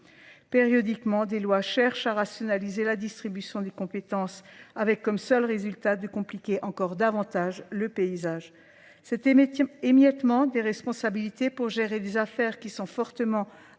Périodiquement, des lois cherchent à rationaliser la distribution des compétences avec comme seul résultat de compliquer encore davantage le paysage. C'est émiettement des responsabilités pour gérer des affaires qui sont fortement